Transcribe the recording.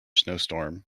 snowstorm